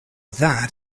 that